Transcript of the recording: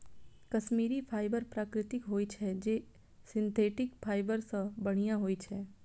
Kashmiri fibre प्राकृतिक होइ छै, जे सिंथेटिक फाइबर सं बढ़िया होइ छै